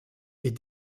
est